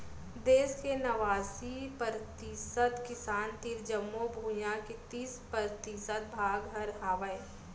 देस के नवासी परतिसत किसान तीर जमो भुइयां के तीस परतिसत भाग हर हावय